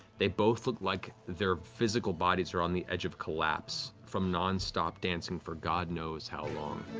they both look like their physical bodies are on the edge of collapse from nonstop dancing for god knows how long.